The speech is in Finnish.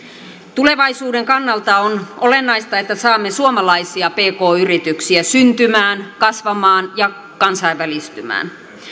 tulevaisuuden kannalta on olennaista että saamme suomalaisia pk yrityksiä syntymään kasvamaan ja kansainvälistymään